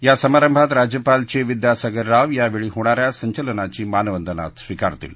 या समारंभात राज्यपाल चे विद्यासागर राव यावेळी होणा या संचलनाची मानवंदना स्वीकारतील